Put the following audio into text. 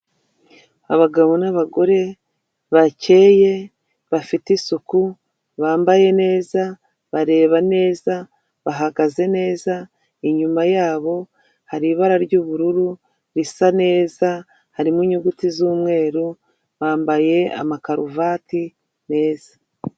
Abagabo n'abagore bakeye bafite isuku, bambaye neza, bareba neza, bahagaze neza, inyuma yabo hari ibara ry'ubururu risa neza harimo inyuguti z'umweru, bambaye amakaruvati meza.